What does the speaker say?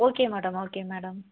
okay madam okay madam